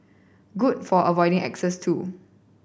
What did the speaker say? good for avoiding exes too